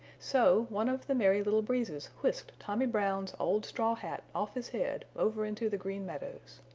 so one of the merry little breezes whisked tommy brown's old straw hat off his head over into the green meadows.